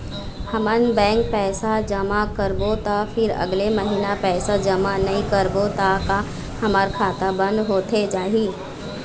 हमन बैंक पैसा जमा करबो ता फिर अगले महीना पैसा जमा नई करबो ता का हमर खाता बंद होथे जाही?